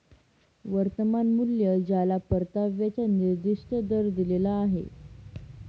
वर्तमान मूल्य ज्याला परताव्याचा निर्दिष्ट दर दिलेला आहे